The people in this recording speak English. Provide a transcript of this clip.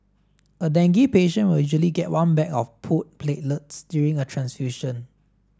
a dengue patient will usually get one bag of pooled platelets during a transfusion